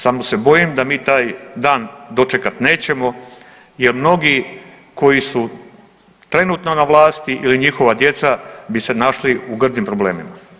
Samo se bojim da mi taj dan dočekati nećemo jer mnogi koji su trenutno na vlasti ili njihova djeca bi se našli u grdim problemima.